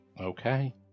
Okay